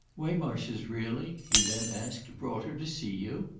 waymarsh has really, he then asked, brought her to see you?